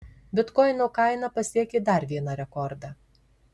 bitkoino kaina pasiekė dar vieną rekordą